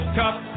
cup